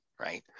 Right